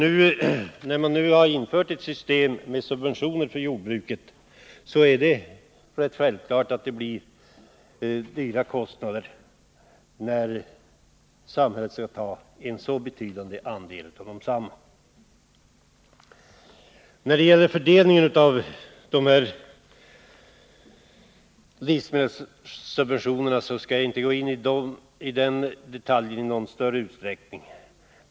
Och när man nu har infört ett system med subventioner till jordbruket är det rätt självklart att anslagen blivit stora när samhället skall ta en så betydande andel av kostnaderna. När det gäller fördelningen av de här livsmedelssubventionerna skall jag inte gå in i detalj i någon större utsträckning.